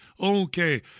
Okay